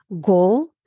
goal